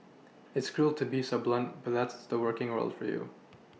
it's cruel to be so blunt but that's the working world for you